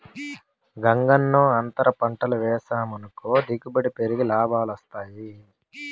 గంగన్నో, అంతర పంటలు వేసావనుకో దిగుబడి పెరిగి లాభాలొస్తాయి